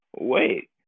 wait